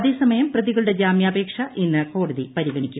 അതേ സമയം പ്രതികളുടെ ജാമ്യാപേക്ഷ ഇന്ന് കോടതി പരിഗണിക്കും